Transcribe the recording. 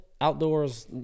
outdoors